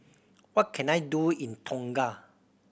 what can I do in Tonga